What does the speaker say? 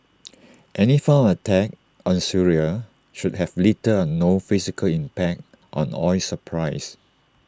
any form of attack on Syria should have little or no physical impact on oil supplies